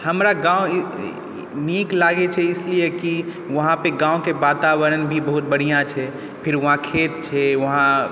हमरा गाँव नीक लागै छै इसलिए कि वहाँपर गाँवके वातावरण भी बढ़िआँ छै फेर वहाँ खेत छै वहाँ